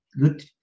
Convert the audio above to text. Good